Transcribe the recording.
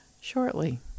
shortly